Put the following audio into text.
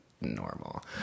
normal